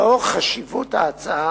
לאור חשיבות ההצעה